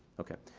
okay.